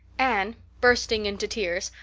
anne, bursting into tears,